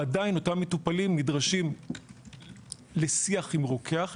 ועדין אותם מטופלים נדרשים לשיח עם הרוקח,